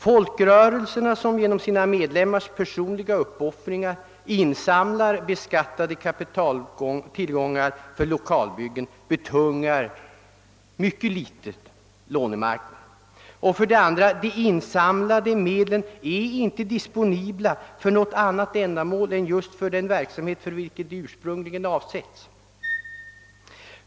Folkrörelserna, som genom sina medlemmars personliga uppoffringar insamlar beskattade kapitaltillgångar för lokalbyggen, betungar mycket litet lånemarknaden. Vidare är de insamlade medlen inte disponibla för något annat ändamål än den verksamhet för vilken de ursprungligen avsetts.